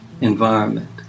environment